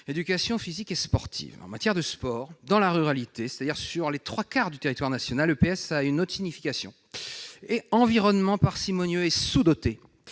éducation physique et sportive. En matière de sport, dans la ruralité, c'est-à-dire sur les trois quarts du territoire national, il a une autre signification : environnement parcimonieux et sous-doté